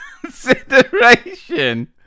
consideration